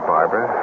Barbara